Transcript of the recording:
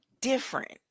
different